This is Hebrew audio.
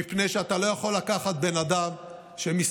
מפני שאתה לא יכול לקחת בן אדם שמסתובב,